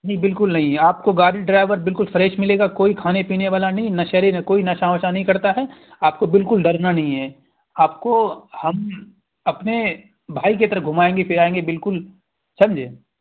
نہیں بالکل نہیں آپ کو گاڑی ڈرائیور بالکل فریش ملے گا کوئی کھانے پینے والا نہیں نشیڑی نہ کوئی نشہ وشہ نہیں کرتا ہے آپ کو بالکل ڈرنا نہیں ہے آپ کو ہم اپنے بھائی کی طرح گھمائیں گے پھرائیں گے بالکل سمجھے